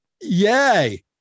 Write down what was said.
yay